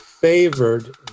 favored